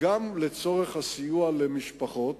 גם לצורך הסיוע למשפחות